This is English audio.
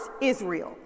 Israel